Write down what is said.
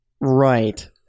Right